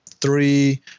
three